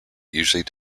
usually